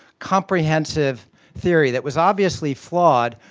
comprehensive theory that was obviously flawed.